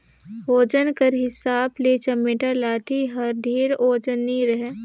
ओजन कर हिसाब ले चमेटा लाठी हर ढेर ओजन नी रहें